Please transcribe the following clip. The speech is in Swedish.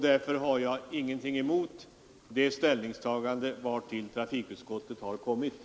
Därför har jag ingenting emot trafikutskottets ställningstagande.